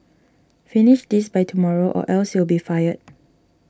finish this by tomorrow or else you'll be fired